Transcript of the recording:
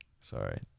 Sorry